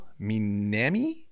Minami